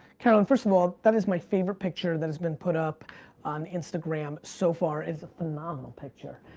carolyn, first of all, that is my favorite picture that has been put up on instagram so far. it's a phenomenal picture.